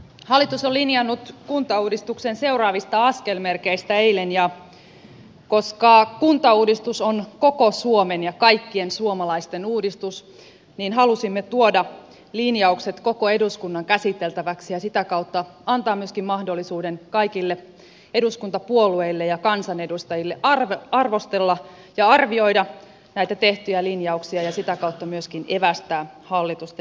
hallitus on esittänyt linjauksensa kuntauudistuksen seuraavista askelmerkeistä eilen ja koska kuntauudistus on koko suomen ja kaikkien suomalaisten uudistus halusimme tuoda linjaukset koko eduskunnan käsiteltäväksi ja sitä kautta antaa myöskin mahdollisuuden kaikille eduskuntapuolueilla ja kansanedustajille arvostella ja arvioida näitä tehtyjä lin jauksia ja sitä kautta myöskin evästää hallitusta jatkotyöhön